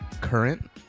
current